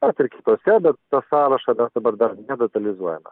kad ir kitose bet to sąrašo dar dabar dar nedetalizuojame